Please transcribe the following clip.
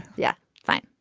yeah fine.